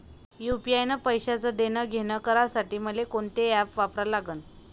UPI न पैशाचं देणंघेणं करासाठी मले कोनते ॲप वापरा लागन?